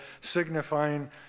signifying